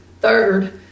third